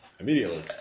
Immediately